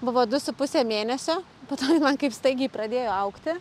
buvo du su puse mėnesio po to jin man kaip staigiai pradėjo augti